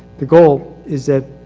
the goal is that.